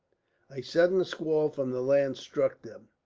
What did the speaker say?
a sudden squall from the land struck them.